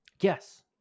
Yes